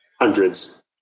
hundreds